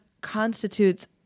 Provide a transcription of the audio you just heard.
constitutes